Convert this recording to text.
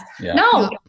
No